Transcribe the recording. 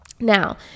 Now